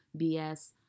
BS